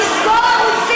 תסגור ערוצים.